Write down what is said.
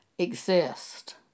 exist